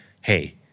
hey